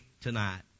tonight